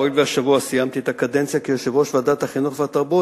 הואיל והשבוע סיימתי את הקדנציה כיושב-ראש ועדת החינוך והתרבות,